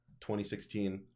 2016